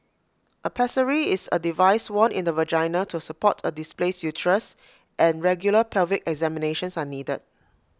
A pessary is A device worn in the vagina to support A displaced uterus and regular pelvic examinations are needed